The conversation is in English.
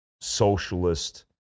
socialist